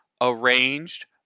Arranged